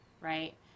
right